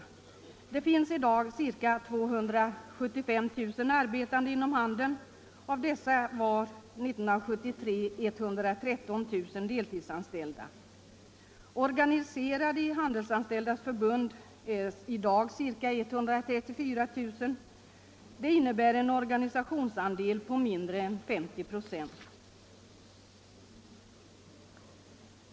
Det finns i dag ca 275 000 arbetande inom handeln. Av dessa var år 1973 113 000 deltidsanställda. Organiserade i Handelsanställdas förbund är ca 134 000. Det innebär en organisationsandel på mindre än 50 96.